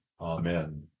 Amen